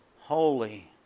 holy